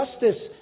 justice